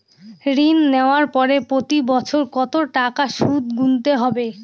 ঋণ নেওয়ার পরে প্রতি বছর কত টাকা সুদ গুনতে হবে?